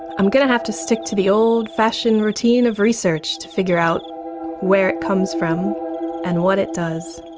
i'm going to have to stick to the old-fashioned routine of research to figure out where it comes from and what it does.